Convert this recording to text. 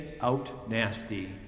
out-nasty